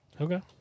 Okay